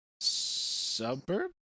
Suburb